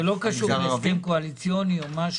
זה לא קשור להסכם קואליציוני או משהו?